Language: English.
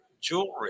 jewelry